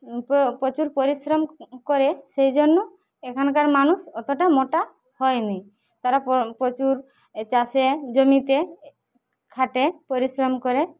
প্রচুর পরিশ্রম করে সেইজন্য এখানকার মানুষ অতটা মোটা হয়নি তাঁরা প্রচুর চাষে জমিতে খাটে পরিশ্রম করে